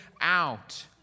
out